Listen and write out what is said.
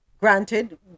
Granted